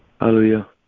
Hallelujah